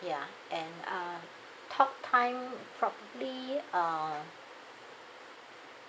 ya and uh talk time probably uh